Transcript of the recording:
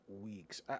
weeks